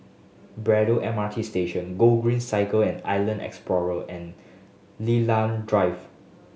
Braddell M R T Station Gogreen Cycle and Island Explorer and Lilan Drive